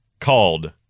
called